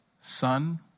Son